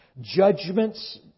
Judgment's